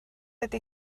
ydy